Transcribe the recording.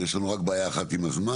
יש לנו רק בעיה אחת עם הזמן,